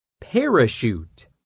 parachute